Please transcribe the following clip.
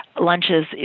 lunches